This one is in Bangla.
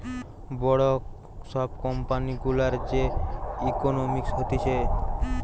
বড় সব কোম্পানি গুলার যে ইকোনোমিক্স হতিছে